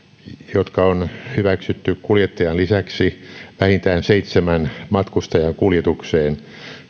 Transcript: jotka on hyväksytty kuljettajan lisäksi vähintään seitsemän matkustajan kuljetukseen